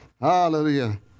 Hallelujah